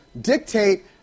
dictate